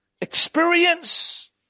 experience